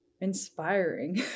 inspiring